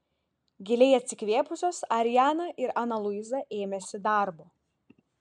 giliai atsikvėpusios ariana ir ana luiza ėmėsi darbo